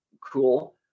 cool